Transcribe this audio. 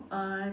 uh